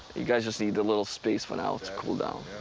you guys just need a little space for now to cool down.